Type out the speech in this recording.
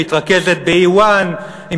שמתרכזת ב-1E,